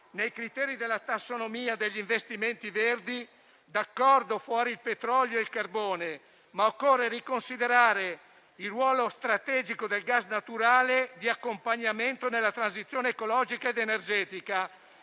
nei criteri della tassonomia degli investimenti verdi, d'accordo fuori il petrolio e il carbone, ma occorre riconsiderare il ruolo di accompagnamento strategico del gas naturale nella transizione ecologica ed energetica